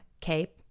CAPE